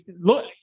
look